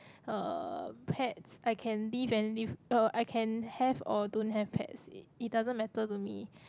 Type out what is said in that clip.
uh pets I can live and l~ uh I can have or don't have pets it doesn't matter to me